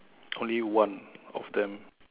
only one of them